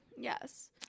Yes